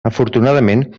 afortunadament